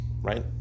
right